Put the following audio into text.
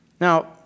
Now